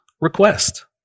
request